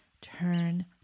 turn